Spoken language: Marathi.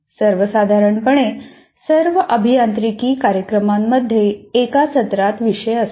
सर्वसाधारणपणे सर्व अभियांत्रिकी कार्यक्रमांमध्ये एका सत्रात विषय असतो